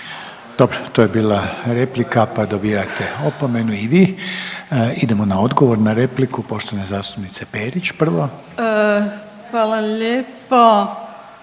Dobro to je bila replika pa dobijate opomenu i vi. Idemo na odgovor na repliku poštovane zastupnice Perić prvo. **Perić,